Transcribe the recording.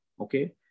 okay